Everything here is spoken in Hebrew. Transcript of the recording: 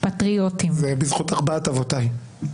פטריוטים --- זה בזכות ארבעת אבותיי.